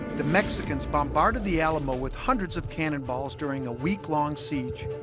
the mexicans bombarded the alamo with hundreds of cannonballs during a week-long siege